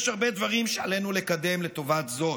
יש הרבה דברים שעלינו לקדם לטובת זאת: